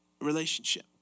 Relationship